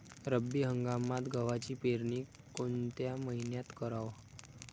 रब्बी हंगामात गव्हाची पेरनी कोनत्या मईन्यात कराव?